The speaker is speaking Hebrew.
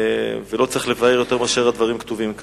ולא צריך לבאר יותר מהדברים הכתובים כאן.